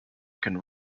can